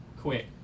quick